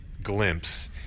Glimpse